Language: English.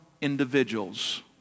individuals